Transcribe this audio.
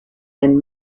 and